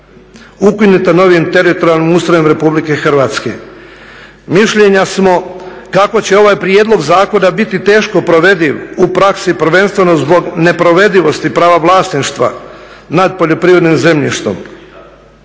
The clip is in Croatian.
ukinute novim teritorijalnim ustrojem RH. Mišljenja smo kako će ovaj prijedlog zakona biti teško provediv u praksi prvenstveno zbog neprovedivosti prava vlasništva nad poljoprivrednim zemljištem.